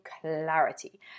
clarity